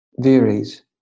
varies